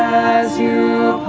as you